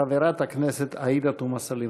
חברת הכנסת עאידה תומא סלימאן.